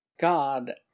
God